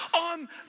on